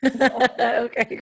okay